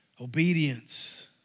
obedience